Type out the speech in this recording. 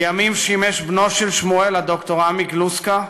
לימים שימש בנו של שמואל, ד"ר עמי גלוסקא,